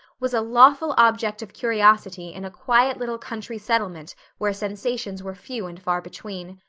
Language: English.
was a lawful object of curiosity in a quiet little country settlement where sensations were few and far between.